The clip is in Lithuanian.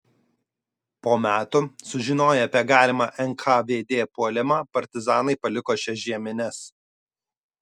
po metų sužinoję apie galimą nkvd puolimą partizanai paliko šias žiemines